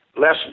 less